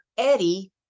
Eddie